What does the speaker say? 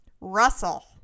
Russell